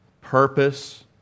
purpose